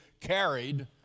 carried